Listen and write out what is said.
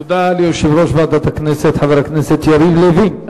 תודה ליושב-ראש ועדת הכנסת חבר הכנסת יריב לוין.